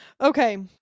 Okay